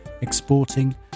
exporting